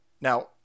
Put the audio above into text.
Now